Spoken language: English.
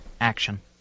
action